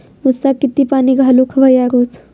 ऊसाक किती पाणी घालूक व्हया रोज?